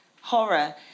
horror